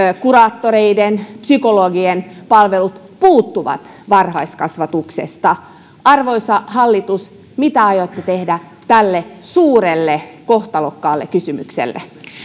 kuraattoreiden ja psykologien palvelut puuttuvat varhaiskasvatuksesta arvoisa hallitus mitä aiotte tehdä tälle suurelle kohtalokkaalle kysymykselle